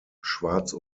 schwarz